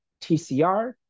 TCR